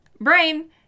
brain